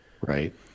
Right